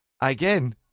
Again